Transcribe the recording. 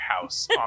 house